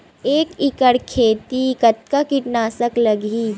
एक एकड़ खेती कतका किट नाशक लगही?